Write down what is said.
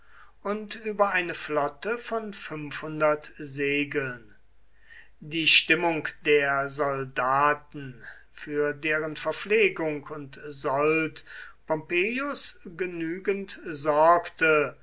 und über eine flotte von segeln die stimmung der soldaten für deren verpflegung und sold pompeius genügend sorgte